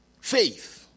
Faith